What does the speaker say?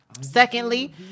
Secondly